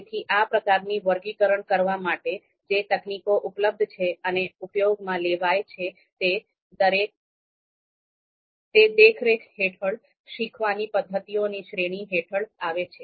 તેથી આ પ્રકારની વર્ગીકરણ કરવા માટે જે તકનીકો ઉપલબ્ધ છે અને ઉપયોગમાં લેવાય છે તે દેખરેખ હેઠળ શીખવાની પદ્ધતિઓની શ્રેણી હેઠળ આવે છે